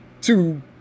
Two